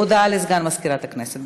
הודעה לסגן מזכירת הכנסת.